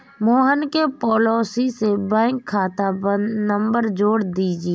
मोहन के पॉलिसी से बैंक खाता नंबर जोड़ दीजिए